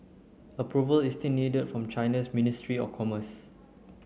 approval is still needed from China's ministry of commerce